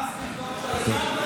ואז לבדוק את העניין.